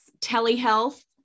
telehealth